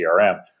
CRM